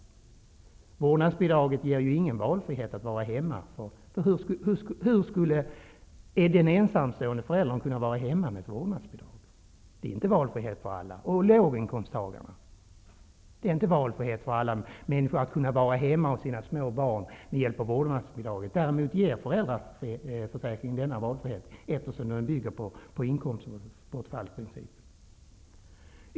Ett vårdnadsbidrag ger ingen frihet att välja att stanna hemma. Hur skulle en ensamstående förälder eller en förälder i en låginkomsttagarfamilj kunna stanna hemma med hjälp av ett vårdnadsbidrag? Vårdnadsbidraget ger inte någon valfrihet för alla att stanna hemma hos sina barn. Däremot ger föräldraförsäkringen en sådan valfrihet, eftersom denna bygger på inkomstbortfallsprincipen.